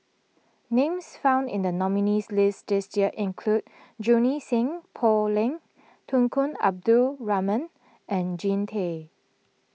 names found in the nominees' list this year include Junie Sng Poh Leng Tunku Abdul Rahman and Jean Tay